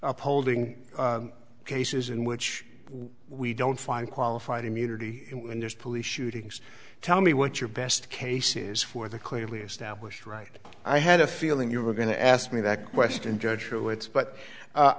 upholding cases in which we don't find qualified immunity in this police shootings tell me what your best case is for the clearly established right i had a feeling you were going to ask me that question judge